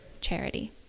charity